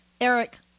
Eric